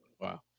wow